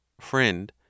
Friend